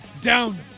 down